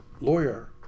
lawyer